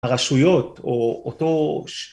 הרשויות או אותו